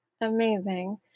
Amazing